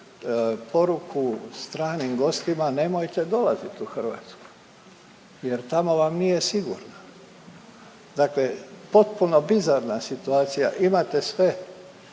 poruku stranim gostima nemojte dolaziti u Hrvatsku jer tamo vam nije sigurno. Dakle, potpuno bizarna situacija. Imate sve